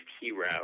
hero